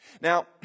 Now